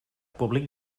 públic